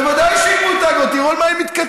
ודאי שיגבו את האגרות, תראו על מה הם מתקטננים.